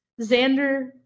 Xander